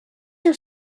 your